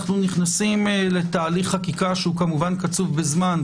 אנו נכנסים לתהליך חקיקה שהוא כמובן קצוב בזמן,